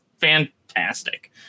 fantastic